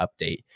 update